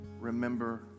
remember